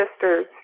sisters